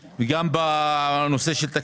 גם בנושא של שפה עברית,